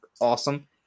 awesome